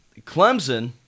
Clemson